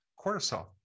Cortisol